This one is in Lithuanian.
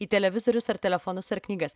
į televizorius ar telefonus ar knygas